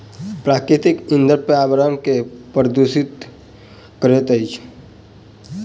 प्राकृतिक इंधन पर्यावरण के प्रदुषित करैत अछि